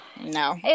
no